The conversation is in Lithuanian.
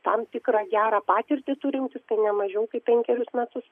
tam tikrą gerą patirtį turintis tai ne mažiau kaip penkerius metus